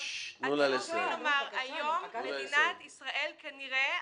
היום מדינת ישראל כנראה,